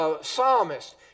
Psalmist